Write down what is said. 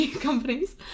companies